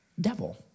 devil